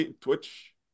Twitch